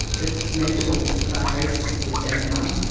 the mental psychosis would then come.